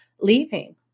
leaving